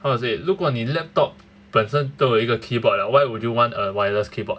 how to say 如果你 laptop 本身都有一个 keyboard 了 why would you want a wireless keyboard